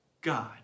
God